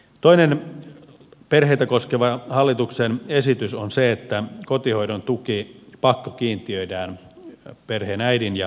toinen perheitä koskeva hallituksen esitys on se että kotihoidon tuki pakkokiintiöidään perheen äidin ja isän välillä